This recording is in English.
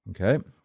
Okay